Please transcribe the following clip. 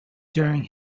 during